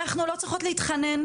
אנחנו לא צריכות להתחנן,